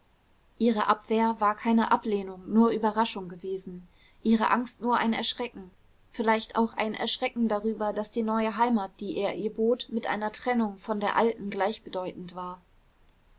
ihre abwehr war keine ablehnung nur überraschung gewesen ihre angst nur ein erschrecken vielleicht auch ein erschrecken darüber daß die neue heimat die er ihr bot mit einer trennung von der alten gleichbedeutend war